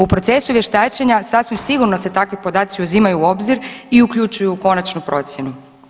U procesu vještačenja sasvim sigurno se takvi podaci uzimaju u obzir i uključuju u konačnu procjenu.